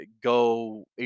go